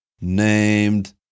named